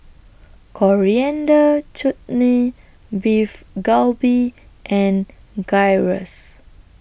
Coriander Chutney Beef Galbi and Gyros